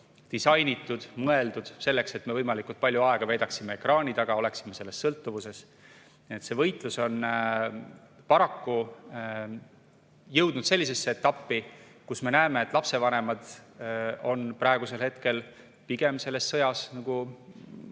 disainitud ja mõeldud selleks, et me võimalikult palju aega veedaksime ekraani taga, oleksime sellest sõltuvuses. Nii et see võitlus on paraku jõudnud sellisesse etappi, kus me näeme, et lapsevanemad on praegusel hetkel pigem selles sõjas